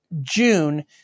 June